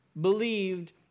believed